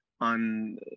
on